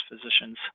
physicians